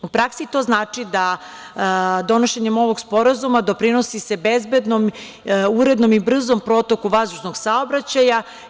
U praksi to znači da donošenjem ovog sporazuma doprinosi se bezbednom, urednom i brzom protoku vazdušnog saobraćaja.